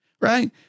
right